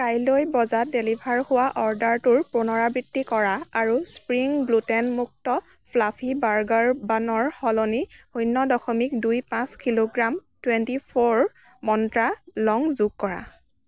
কাইলৈ বজাত ডেলিভাৰ হোৱা অৰ্ডাৰটোৰ পুনৰাবৃত্তি কৰা আৰু স্প্ৰিং গ্লুটেন মুক্ত ফ্লাফি বাৰ্গাৰ বানৰ সলনি শূন্য দশমিক দুই পাঁচ kilogram twenty four Mantra long যোগ কৰা